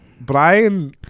Brian